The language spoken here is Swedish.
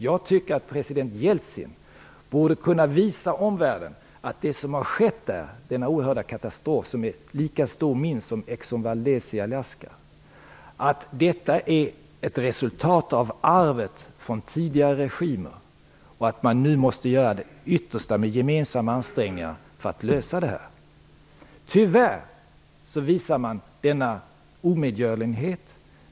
Jag tycker att president Jeltsin borde kunna visa omvärlden att den oerhörda katastrof som har skett, som är minst lika stor som Exxon Valdez i Alaska, är ett resultat av arvet från tidigare regimer och att man nu måste göra det yttersta med gemensamma ansträngningar för att lösa problemet. Tyvärr visar man denna omedgörlighet.